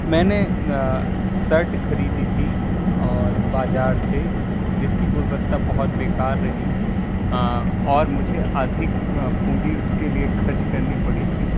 मैंने शर्ट खरीदी थी और बाजार से जिसकी गुणवत्ता बहुत बेकार रही और मुझे अधिक पूंजी उसके लिए खर्च करनी पड़ी थी